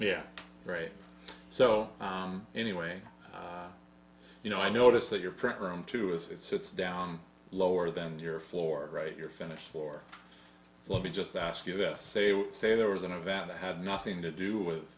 yeah right so anyway you know i notice that your program too is it sits down lower than your floor right you're finished for let me just ask you this say what say there was an event that had nothing to do with